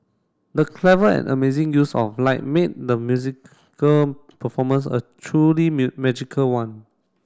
the clever and amazing use of light made the musical performance a truly magical one